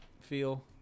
feel